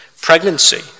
pregnancy